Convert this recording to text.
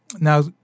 Now